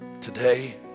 Today